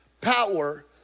power